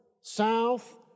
south